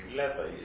leather